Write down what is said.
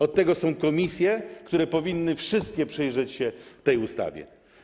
Od tego są komisje, które powinny - wszystkie - przyjrzeć się tej ustawie.